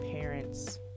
parents